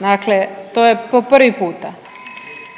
Dakle, to je po prvi puta.